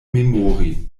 memori